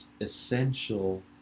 essential